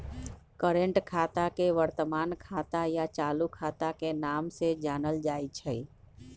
current खाता के वर्तमान खाता या चालू खाता के नाम से जानल जाई छई